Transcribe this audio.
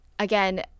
Again